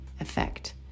effect